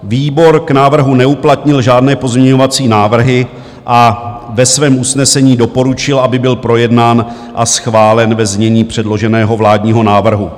Výbor k návrhu neuplatnil žádné pozměňovací návrhy a ve svém usnesení doporučil, aby byl projednán a schválen ve znění předloženého vládního návrhu.